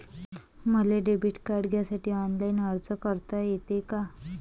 मले debit card घ्यासाठी online अर्ज करता येते का?